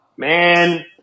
man